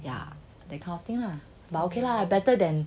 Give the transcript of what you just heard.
yeah that kind of thing lah but okay lah better than